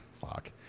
fuck